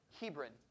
Hebron